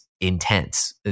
intense